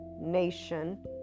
nation